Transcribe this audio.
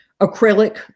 acrylic